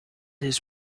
his